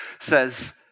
says